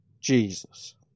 Jesus